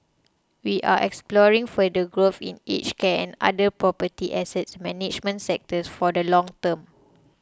we are exploring further growth in aged care and other property assets management sectors for the long term